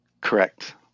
Correct